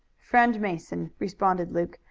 friend mason, responded luke,